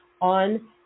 on